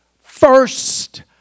first